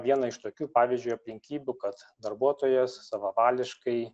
vieną iš tokių pavyzdžiui aplinkybių kad darbuotojas savavališkai